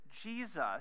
Jesus